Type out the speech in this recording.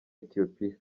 ethiopia